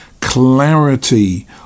Clarity